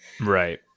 right